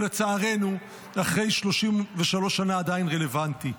שלצערנו אחרי 33 שנה עדיין רלוונטי: